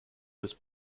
was